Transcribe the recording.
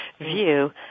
view